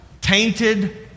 tainted